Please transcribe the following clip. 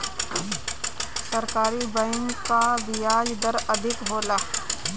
सरकारी बैंक कअ बियाज दर अधिका होला